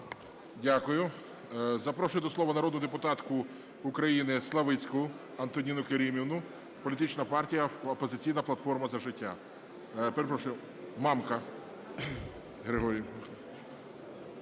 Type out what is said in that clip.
Дякую. Запрошую до слова народну депутатку України Славицьку Антоніну Керимівну, Політична партія "Опозиційна платформа - За життя". Перепрошую, Мамка Григорій.